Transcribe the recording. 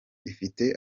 ifite